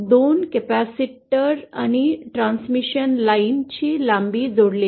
2 capacitor आणि transmission line ची लांबी जोडलेले